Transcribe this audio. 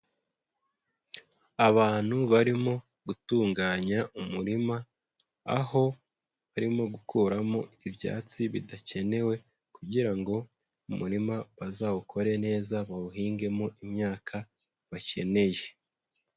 Abantu barimo gutunganya umurima, aho barimo gukuramo ibyatsi bidakenewe kugira ngo umurima bazawukore neza bawuhingemo imyaka bakeneye.